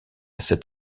cet